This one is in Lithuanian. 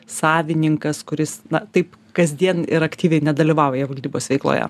savininkas kuris na taip kasdien ir aktyviai nedalyvauja valdybos veikloje